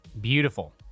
beautiful